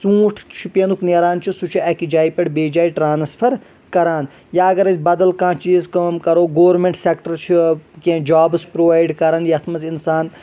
ژوٗنٛٹھ شُپینُک نیران چھُ سُہ چھُ اَکہِ جایہِ پٮ۪ٹھ بیٚیہِ جایہِ ٹرانسفر کران یا اگر أسۍ بدل کانٛہہ چیٖز کأم کرو گورمنٹ سٮ۪کٹر چھ کیٚنٛہہ جابس پرووایِڈ کران یتھ منٛز اِنسان